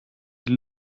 die